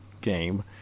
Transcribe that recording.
game